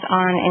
on